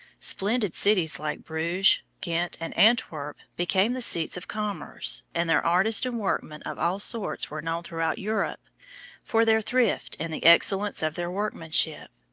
splendid cities like bruges, ghent and antwerp became the seats of commerce and their artists and workmen of all sorts were known throughout europe for their thrift and the excellence of their workmanship.